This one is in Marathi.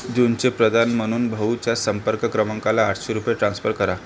जूनचे प्रधान म्हणून भाऊच्या संपर्क क्रमांकाला आठशे रुपये ट्रान्स्पर करा